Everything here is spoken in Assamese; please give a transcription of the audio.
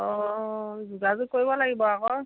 অঁ যোগাযোগ কৰিব লাগিব আকৌ